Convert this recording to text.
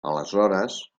aleshores